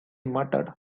muttered